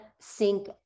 sync